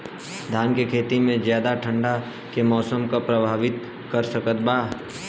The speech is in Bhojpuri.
धान के खेती में ज्यादा ठंडा के मौसम का प्रभावित कर सकता बा?